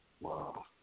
Wow